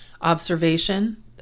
observation